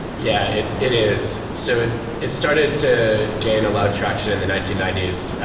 yeah, it it is. so, it it started to gain a lot of traction in the nineteen ninety s,